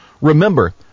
Remember